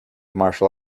martial